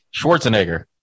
Schwarzenegger